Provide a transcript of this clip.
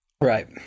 Right